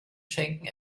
schenken